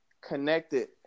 connected